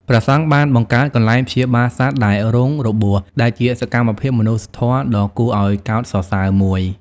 ព្រះសង្ឃបានបង្កើត កន្លែងព្យាបាលសត្វដែលរងរបួស ដែលជាសកម្មភាពមនុស្សធម៌ដ៏គួរឱ្យកោតសរសើរមួយ។